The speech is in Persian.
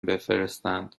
بفرستند